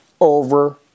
over